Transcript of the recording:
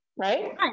Right